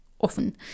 often